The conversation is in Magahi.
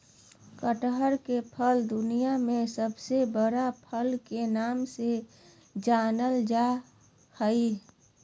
कटहल के फल दुनिया में सबसे बड़ा फल के नाम से जानल जा हइ